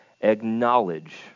acknowledge